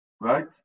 right